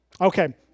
Okay